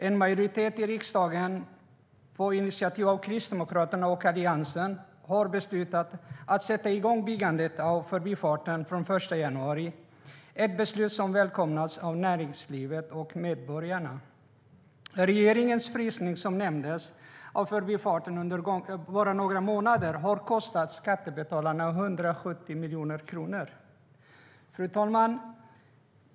En majoritet i riksdagen har på initiativ av Kristdemokraterna och Alliansen beslutat att sätta igång byggandet av Förbifarten den 1 januari. Det är ett beslut som välkomnats av näringslivet och medborgarna. Regeringens frysning av Förbifarten under några månader har kostat skattebetalarna 170 miljoner kronor. Fru talman!